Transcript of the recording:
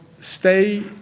stay